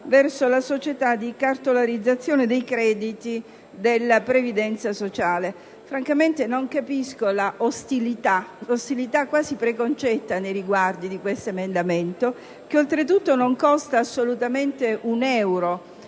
verso la società di cartolarizzazione dei crediti della previdenza sociale. Francamente non capisco l'ostilità quasi preconcetta nei riguardi di questo emendamento che, oltre tutto, non costa neanche un euro